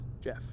Jeff